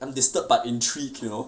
I'm disturbed but intrigued you know